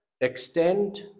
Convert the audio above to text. extend